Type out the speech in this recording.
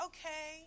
Okay